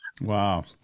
Wow